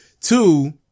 Two